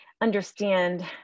understand